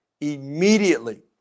immediately